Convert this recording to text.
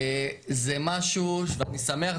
אני שמח,